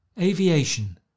Aviation